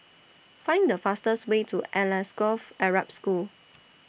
Find The fastest Way to Alsagoff Arab School